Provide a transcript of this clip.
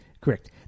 Correct